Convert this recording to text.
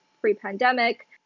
pre-pandemic